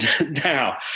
Now